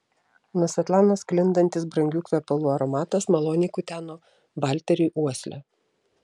nuo svetlanos sklindantis brangių kvepalų aromatas maloniai kuteno valteriui uoslę